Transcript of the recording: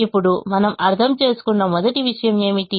ఇప్పుడుమనం అర్థం చేసుకున్న మొదటి విషయం ఏమిటి